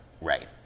Right